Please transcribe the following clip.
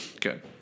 Good